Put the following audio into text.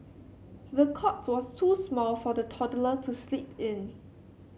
the cot was too small for the toddler to sleep in